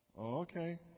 okay